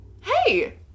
hey